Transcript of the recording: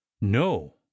no